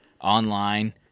online